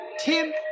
Tim